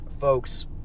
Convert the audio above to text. Folks